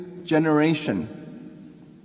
generation